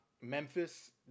Memphis